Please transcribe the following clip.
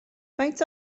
faint